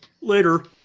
Later